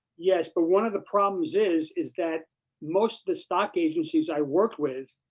yes, but one of the problems is is that most of the stock agencies i worked with,